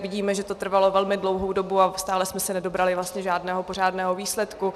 Vidíme, že to trvalo velmi dlouhou dobu, a stále jsme se nedobrali vlastně žádného pořádného výsledku.